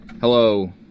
Hello